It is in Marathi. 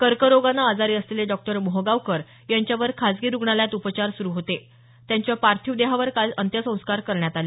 कर्करोगानं आजारी असलेले डॉ मोहगावकर यांच्यावर खासगी रुग्णालयात उपचार सुरू होते त्यांच्या पार्थिव देहावर काल अंत्यसंस्कार करण्यात आले